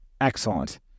excellent